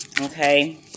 okay